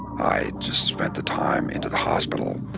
i just spent the time into the hospital,